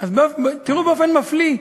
תראו, באופן מפליא,